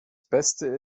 beste